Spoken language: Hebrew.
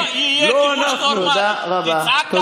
לא יהיה כיבוש נורמלי.